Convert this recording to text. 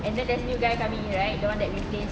and then there's new guy coming in right the one that replace